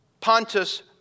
Pontus